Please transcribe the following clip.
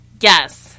Yes